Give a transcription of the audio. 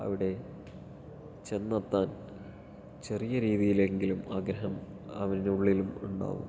അവിടെ ചെന്നെത്താൻ ചെറിയ രീതിയിലെങ്കിലും ആഗ്രഹം അവൻ ഉള്ളിൽ ഉണ്ടാകും